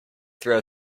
throw